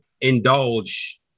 Indulge